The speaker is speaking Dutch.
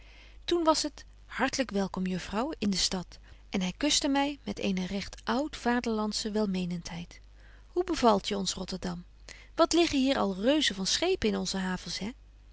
toen was t hartlyk welkom juffrouw in de stad en hy kuste my met eene recht oud vaderlandsche welmenentheid hoe bevalt je ons rotterdam wat liggen hier al reuzen van schepen in onze havens he